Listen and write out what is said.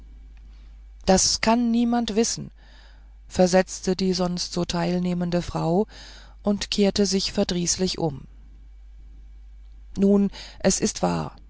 das kann niemand wissen versetzte die sonst so teilnehmende frau und kehrte sich verdrießlich um nun es ist wahr